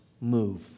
move